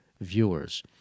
viewers